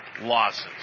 losses